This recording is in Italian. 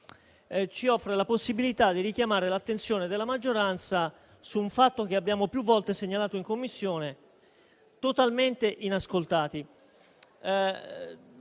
ci offre la possibilità di richiamare l'attenzione della maggioranza su un fatto che abbiamo più volte segnalato in Commissione, totalmente inascoltati.